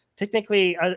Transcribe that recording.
Technically